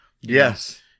Yes